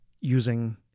using